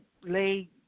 lay